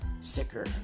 sicker